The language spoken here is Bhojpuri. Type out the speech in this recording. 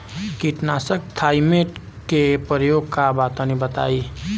कीटनाशक थाइमेट के प्रयोग का बा तनि बताई?